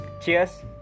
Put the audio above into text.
cheers